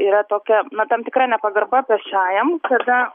yra tokia na tam tikra nepagarba pėsčiajam kada